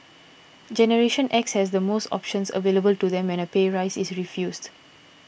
generation X has the most options available to them when a pay rise is refused